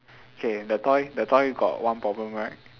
K the toy the toy got one problem right